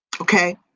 okay